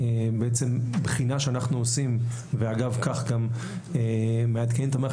כל בחינה שאנחנו עושים ואגב כך גם נעדכן את המערכת